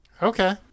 Okay